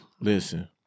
Listen